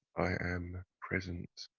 i am present